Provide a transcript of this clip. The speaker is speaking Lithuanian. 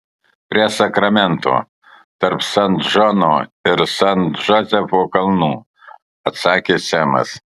prie sakramento tarp san džono ir san džozefo kalnų atsakė semas